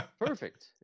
Perfect